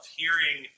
hearing